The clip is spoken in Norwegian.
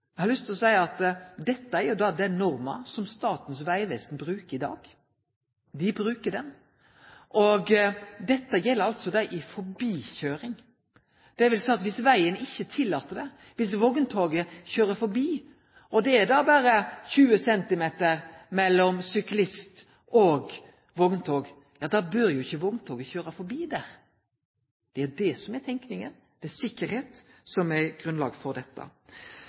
Eg har lyst til å seie at dette er den norma som Statens vegvesen bruker i dag. Og dette gjeld altså i samband med forbikøyring, dvs. at dersom vegen ikkje tillèt det, viss vogntoget køyrer forbi og det då berre er 20 cm mellom syklist og vogntog, ja då bør ikkje vogntoget køyre forbi. Det er jo det som er tanken. Det er sikkerheit som er grunnlaget for dette.